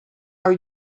are